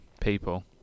People